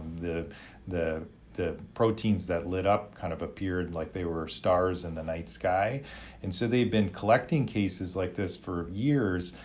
the the proteins that lit up kind of appeared like they were stars in the night sky and so they had been collecting cases like this for years,